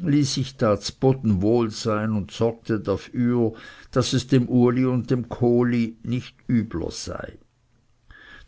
ließ sich da zboden wohl sein und sorgte dafür daß es dem uli und dem kohli nicht übler sei